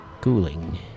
cooling